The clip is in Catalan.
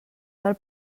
del